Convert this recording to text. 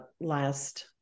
Last